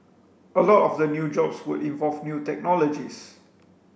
a lot of the new jobs would involve new technologies